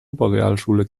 oberrealschule